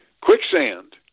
quicksand